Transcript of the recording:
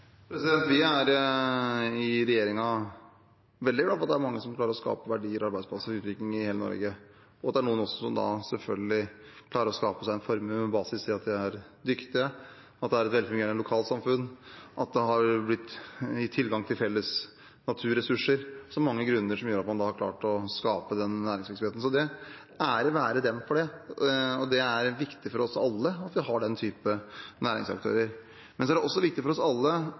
Vi i regjeringen er veldig glad for at det er mange som klarer å skape verdier, arbeidsplasser og utvikling i hele Norge, og at det også er noen som da, selvfølgelig, klarer å skape seg en formue med basis i at de er dyktige, at det er et velfungerende lokalsamfunn, at en har blitt gitt tilgang til felles naturressurser – det er mange grunner til at en har klart å skape den næringsvirksomheten. Ære være dem for det! Det er viktig for oss alle at vi har den type næringsaktører. Men det er også viktig for oss alle